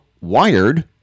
wired